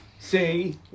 Say